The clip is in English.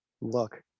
look